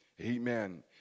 Amen